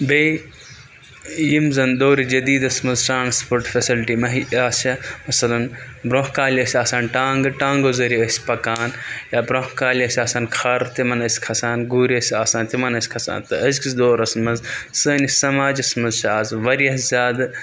بیٚیہِ یِم زَن دورِ جدیٖدَس منٛز ٹرانسپوٹ فیسَلٹی مہیا چھِ مثلَن برونٛہہ کالہِ ٲسۍ آسان ٹانٛگہٕ ٹانٛگو ذٔریعہ ٲسۍ پَکان یا برونٛہہ کالہِ ٲسۍ آسان کھَر تِمَن ٲسۍ کھَسان گُرۍ ٲسۍ آسان تِمَن ٲسۍ کھَسان تہٕ أزکِس دورَس منٛز سٲنِس سماجَس منٛز چھِ آز واریاہ زیادٕ